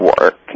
work